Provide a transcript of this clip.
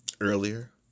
earlier